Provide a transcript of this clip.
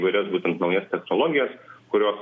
įvairias būtent naujas technologijas kurios